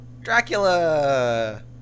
dracula